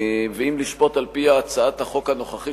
ואם לשפוט על-פי הצעת החוק הנוכחית,